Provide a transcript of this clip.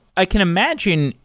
i can imagine,